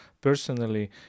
personally